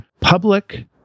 public